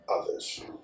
others